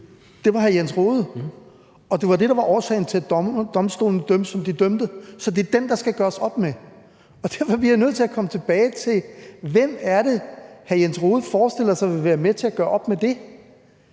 det var hr. Jens Rohde. Og det var det, der var årsagen til, at Domstolen dømte, som den dømte, så det er den, der skal gøres op med. Og derfor bliver jeg nødt til at komme tilbage til: Hvem er det, hr. Jens Rohde forestiller sig vil være med til at gøre op med det?